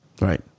Right